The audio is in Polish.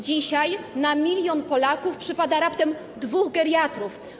Dzisiaj na milion Polaków przypada raptem dwóch geriatrów.